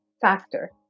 factor